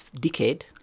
decade